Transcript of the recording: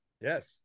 Yes